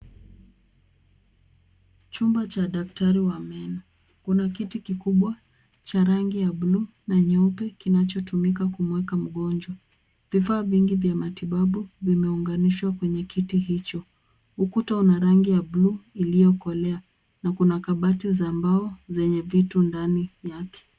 Chumba cha daktari wa meno. Kuna kiti kikubwa cha rangi ya bluu na nyeupe kinacho tumika kumweka mgonjwa. Vifaa vingi vya matibabu vimeunganishwa kwenye kiti hicho. Ukuta una rangi ya bluu iliyokolea, na kuna kabati za mbao zenye vitu ndani yake.